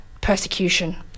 persecution